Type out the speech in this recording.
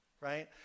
right